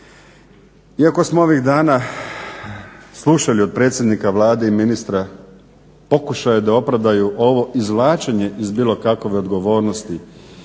Iako smo ovih dana slušali od predsjednika Vlade i ministra pokušaju da opravdaju ovo izvlačenje iz bilo kakove odgovornosti